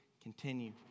continue